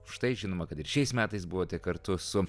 už tai žinoma kad ir šiais metais buvote kartu su